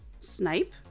Snipe